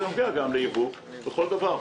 זה נוגע גם לייבוא בכל דבר,